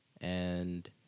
and-